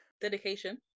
Dedication